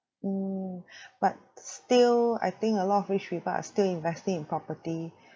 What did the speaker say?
mm but still I think a lot of rich people are still investing in property